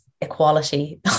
equality